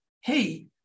hey